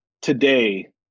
today